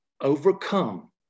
overcome